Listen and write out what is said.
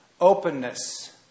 Openness